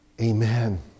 amen